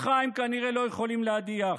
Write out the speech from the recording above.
אותך הם כנראה לא יכולים להדיח.